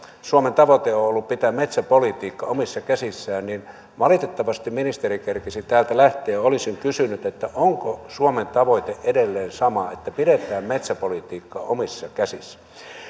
suomen tavoite on on ollut pitää metsäpolitiikka omissa käsissä valitettavasti ministeri kerkisi täältä lähteä olisin kysynyt onko suomen tavoite edelleen sama että pidetään metsäpolitiikka omissa käsissä